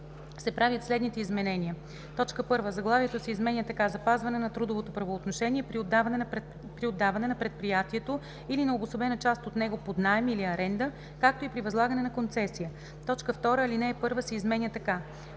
1. Заглавието се изменя така: „Запазване на трудовото правоотношение при отдаване на предприятието или на обособена част от него под наем или аренда, както и при възлагане на концесия“. 2. Алинея 1 се изменя така: